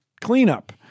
cleanup